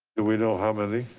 we know how many?